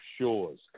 Shores